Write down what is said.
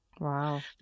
Wow